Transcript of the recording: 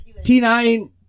T9